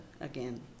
again